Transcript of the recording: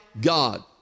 God